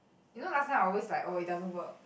you know last time I always like oh it doesn't work